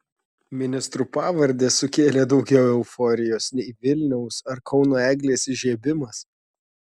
ministrų pavardės sukėlė daugiau euforijos nei vilniaus ar kauno eglės įžiebimas